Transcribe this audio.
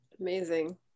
amazing